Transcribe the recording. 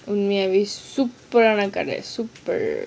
கடை:kada super ஆனா கடை:aana kada super